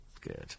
Good